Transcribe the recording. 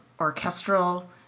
orchestral